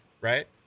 right